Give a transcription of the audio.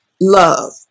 love